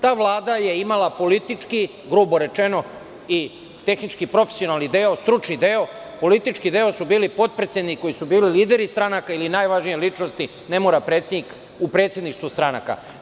Ta vlada je imala politički, grubo rečeno, i tehnički profesionalni deo, stručni deo, politički deo su bili potpredsednici koji su bili lideri stranaka ili najvažnije ličnosti, ne mora predsednik, u predsedništvu stranaka.